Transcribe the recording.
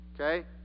Okay